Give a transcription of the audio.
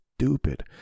stupid